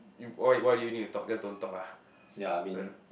you why why why do you need to talk just don't talk lah so yeah